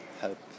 help